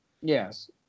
Yes